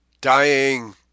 dying